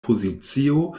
pozicio